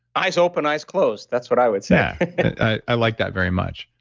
eyes open, eyes closed. that's what i would say i liked that very much.